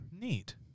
Neat